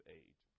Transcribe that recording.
age